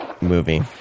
movie